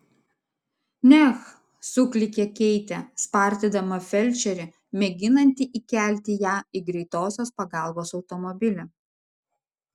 neh suklykė keitė spardydama felčerį mėginantį įkelti ją į greitosios pagalbos automobilį